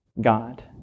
God